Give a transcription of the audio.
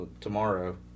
tomorrow